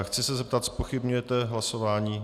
Chci se zeptat, zpochybňujete hlasování?